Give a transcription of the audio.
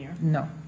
No